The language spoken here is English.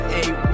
eight